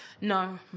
No